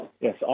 Yes